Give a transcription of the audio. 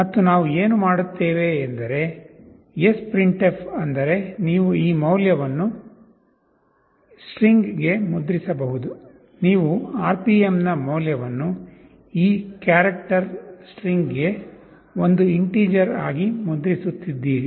ಮತ್ತು ನಾವು ಏನು ಮಾಡುತ್ತೇವೆ ಎಂದರೆ sprintf ಅಂದರೆ ನೀವು ಈ ಮೌಲ್ಯವನ್ನು ಸ್ಟ್ರಿಂಗ್ಗೆ ಮುದ್ರಿಸಬಹುದು ನೀವು RPM ನ ಮೌಲ್ಯವನ್ನು ಈ ಕ್ಯಾರೆಕ್ಟರ್ ಸ್ಟ್ರಿಂಗ್ಗೆ ಒಂದು integer ಆಗಿ ಮುದ್ರಿಸುತ್ತಿದ್ದೀರಿ